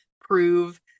prove